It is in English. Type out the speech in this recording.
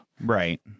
Right